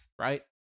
right